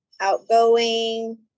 outgoing